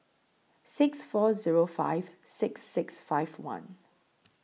six four Zero five six six five one